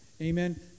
Amen